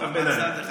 צו ביניים.